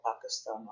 Pakistan